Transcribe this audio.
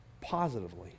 positively